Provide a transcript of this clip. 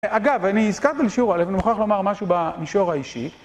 אגב, אני הזכרתי בשיעור אבל אני מוכרח לומר משהו במישור האישי.